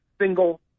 single